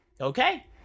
Okay